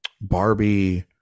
Barbie